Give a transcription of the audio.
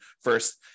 first